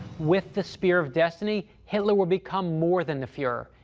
with the spear of destiny, hitler would become more than the fuhrer.